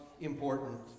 important